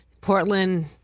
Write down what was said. Portland